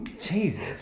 Jesus